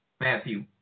Matthew